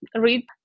read